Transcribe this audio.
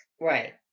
right